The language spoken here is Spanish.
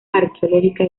arqueológica